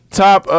top